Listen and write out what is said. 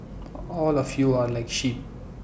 all of you are like sheep